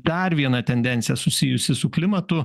dar viena tendencija susijusi su klimatu